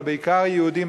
אבל בעיקר יהודים,